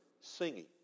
singing